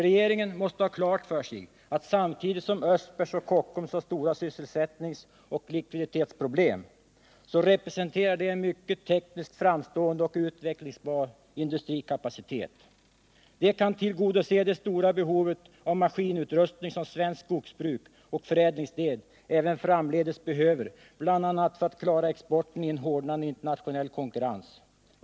Regeringen måste ha klart för sig att samtidigt som Östbergs och Kockums har stora sysselsättningsoch likviditetsproblem representerar de en tekniskt mycket framstående och utvecklingsbar industrikapacitet. De kan tillgodose det stora behov av maskinutrustning som svenskt skogsbruk och förädlingsledet även framdeles har bl.a. för att klara exporten i en hårdnande internationell konkurrens.